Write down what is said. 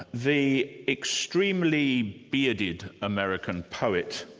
the extremely bearded american poet,